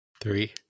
three